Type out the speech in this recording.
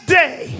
day